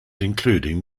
including